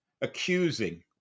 accusing